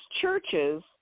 churches